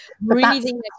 breathing